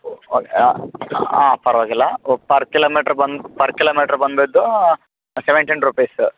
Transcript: ಓ ಹಾಂ ಪರವಾಗಿಲ್ಲ ಒ ಪರ್ ಕಿಲೋಮೀಟ್ರ್ ಬಂದು ಪರ್ ಕಿಲೋಮೀಟ್ರ್ ಬನ್ಬಿಟ್ಟು ಸೆವೆಂಟೀನ್ ರುಪೀಸ